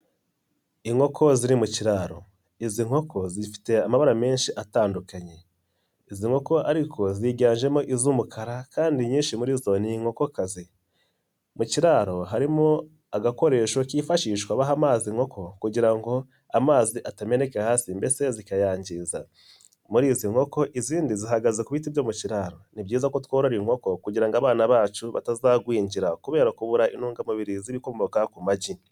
Inkoko ziri mu kiraro, izi nkoko zifite amabara menshi atandukanye, izi nkoko ariko ziganjemo iz'umukara kandi inyinshi muri zo ni inkokokazi, mu kiraro harimo agakoresho kifashishwa baha amazi inkoko kugira ngo amazi atameneneka hasi mbese zikayangiza, muri izi nkoko izindi zihagaze ku biti byo mu kiraro, ni byiza ko tworora inkoko kugira ngo abana bacu batazagwingira kubera kubura intungamubiri z'ibikomoka ku magi.